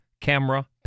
Camera